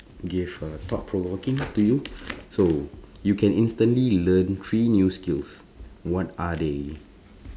give a thought provoking to you so you can instantly learn three new skills what are they